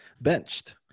benched